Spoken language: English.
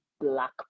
black